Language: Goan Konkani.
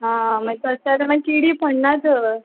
हां मागीर तशें जाल्यार मागीर किडी पडनात तर